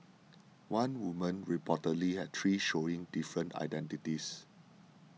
one woman reportedly had three showing different identities